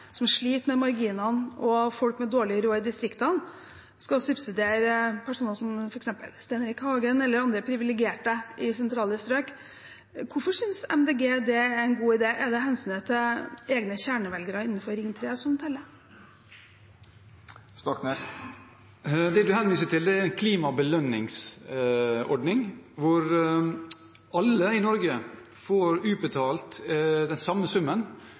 som sliter med marginene, og folk med dårlig råd i distriktene skal subsidiere personer som f.eks. Stein Erik Hagen eller andre privilegerte i sentrale strøk. Hvorfor synes MDG det er en god idé? Er det hensynet til egne kjernevelgere innenfor Ring 3 som teller? Det representanten henviser til, er en klimabelønningsordning hvor alle i Norge får utbetalt den samme summen.